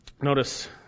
notice